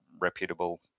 reputable